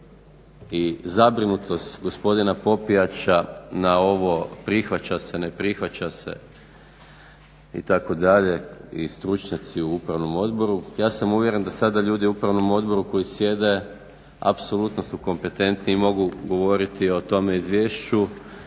i zabrinutost gospodina Popijača na ovo prihvaća se, ne prihvaća se itd. i stručnjaci u Upravnom odboru, ja sam uvjeren da sada ljudi u Upravnom odboru koji sjede apsolutno su kompetentni i mogu govoriti o tome izvješću